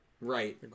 right